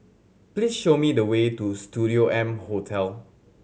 please show me the way to Studio M Hotel